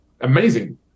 amazing